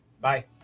Bye